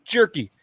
Jerky